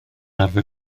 arfer